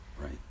right